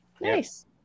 Nice